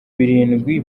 birindwi